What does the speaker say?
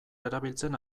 erabiltzen